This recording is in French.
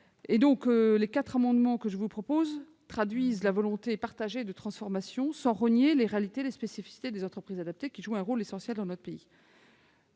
Les quatre amendements que le Gouvernement a déposés traduisent cette volonté partagée de transformation, sans renier les réalités et les spécificités des entreprises adaptées, qui jouent un rôle essentiel dans notre pays.